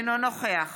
אינו נוכח